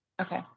Okay